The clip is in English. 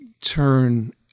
turn